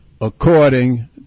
according